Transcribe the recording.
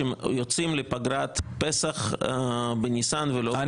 שיוצאים לפגרת פסח בניסן ולא באדר.